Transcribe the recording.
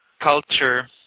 culture